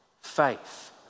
faith